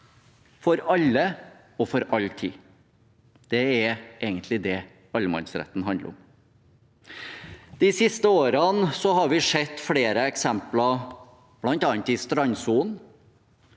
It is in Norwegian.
for alle og for all tid. Det er egentlig det allemannsretten handler om. De siste årene har vi sett flere eksempler, bl.a. i strandsonen,